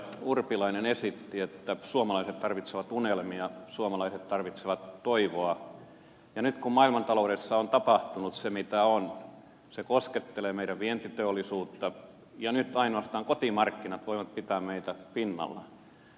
urpilainen esitti että suomalaiset tarvitsevat unelmia suomalaiset tarvitsevat toivoa ja nyt kun maailmantaloudessa on tapahtunut se mitä on se koskettaa meidän vientiteollisuuttamme ja nyt ainoastaan kotimarkkinat voivat pitää meitä pinnalla